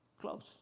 Close